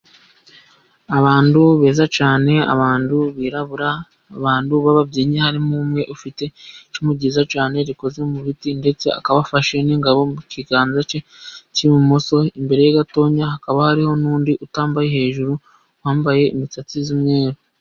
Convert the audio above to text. Abantu beza cyane, abantu birabura, abantu b'ababyinnyi harimo umwe ufite icumu ryiza cyane rikoze mu biti ndetse akaba afashe n'ingabo mu kiganza cye cy'ibumoso, imbere ye gatoya hakaba hariho n'undi utambaye hejuru wambaye imisatsi y'umweru.